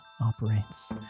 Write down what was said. operates